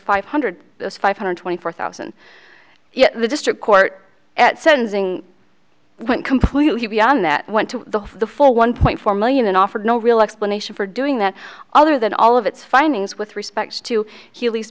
five hundred five hundred twenty four thousand yet the district court at sentencing went completely beyond that went to the four one point four million and offered no real explanation for doing that other than all of its findings with respect to he